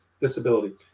disability